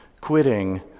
quitting